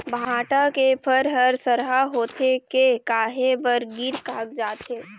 भांटा के फर हर सरहा होथे के काहे बर गिर कागजात हे?